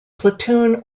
platoon